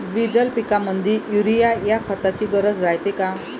द्विदल पिकामंदी युरीया या खताची गरज रायते का?